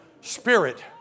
spirit